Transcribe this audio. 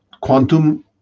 quantum